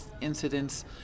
incidents